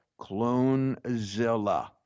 CloneZilla